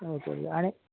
okay okay आणी